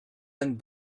and